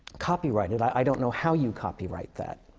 copyrighted. i don't know how you copyright that.